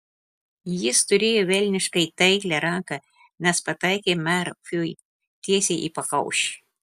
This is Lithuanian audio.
jis turėjo velniškai taiklią ranką nes pataikė merfiui tiesiai į pakaušį